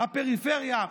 הפריפריה,